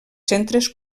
centres